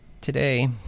Today